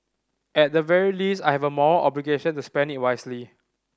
at the very least I have a moral obligation to spend it wisely